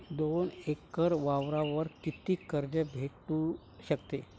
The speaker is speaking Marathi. दोन एकर वावरावर कितीक कर्ज भेटू शकते?